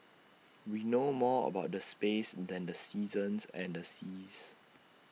we know more about the space than the seasons and the seas